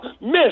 miss